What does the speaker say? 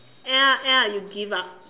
end up end up you give up